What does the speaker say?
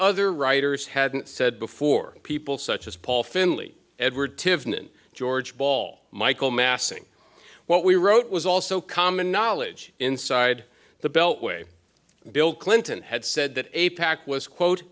other writers hadn't said before people such as paul finley edward tiffany and george ball michael massing what we wrote was also common knowledge inside the beltway bill clinton had said that a pact was quote